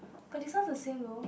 but this one the same though